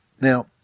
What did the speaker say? Now